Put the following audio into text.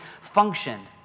functioned